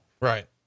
Right